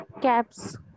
Caps